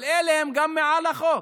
אבל הם גם מעל החוק.